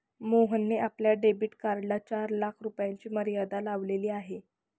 मोहनने आपल्या डेबिट कार्डला चार लाख रुपयांची मर्यादा लावलेली आहे